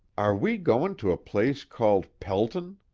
are we goin' to a place called pelton?